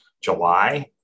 July